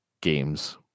games